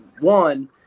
one